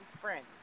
friends